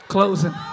Closing